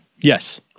Yes